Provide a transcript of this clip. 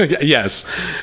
Yes